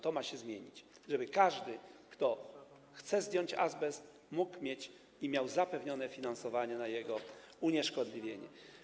To ma się zmienić, tak żeby każdy, kto chce zdjąć azbest, mógł mieć i miał zapewnione finansowanie kosztów jego unieszkodliwienia.